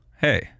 hey